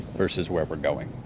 versus where we're going,